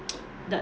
the